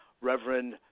Reverend